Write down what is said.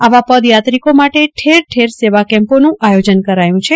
આવા પદયાત્રીકો માટે ઠેરઠેર સવા કમ્પોનું આયોજન કરાયું છે